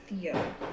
Theo